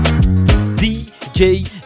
DJ